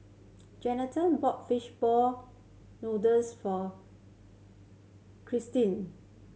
Jeannette bought fishball noodles for